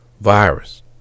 virus